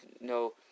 no